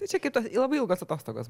tai čia labai ilgos atostogos